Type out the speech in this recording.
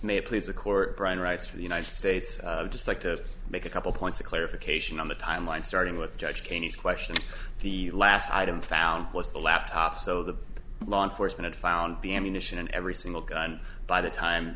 may please the court brian writes for the united states just like to make a couple points of clarification on the timeline starting with judge gagne's question the last item found was the laptop so the law enforcement found the ammunition and every single gun by the time